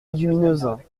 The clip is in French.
légumineuses